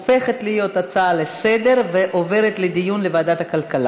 התשע"ה 2015, ולהעביר את הנושא לוועדת הכלכלה